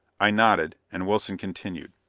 i nodded, and wilson continued.